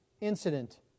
incident